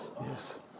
Yes